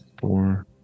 four